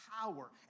power